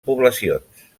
poblacions